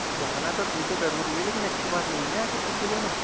جانا تو ٹھیک ہے ضروری ہے لیکن اچھی بات نہیں ہے نا ایسے چھٹّی لینا